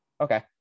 Okay